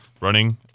running